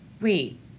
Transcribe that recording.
wait